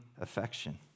affection